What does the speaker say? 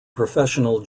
professional